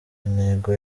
intego